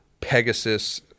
pegasus